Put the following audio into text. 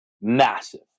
massive